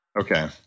Okay